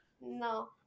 No